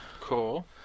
Cool